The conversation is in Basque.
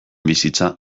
bizitza